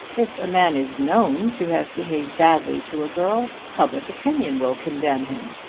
if a man is known to have behaved badly to a girl, public opinion will condemn him.